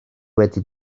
wedi